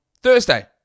Thursday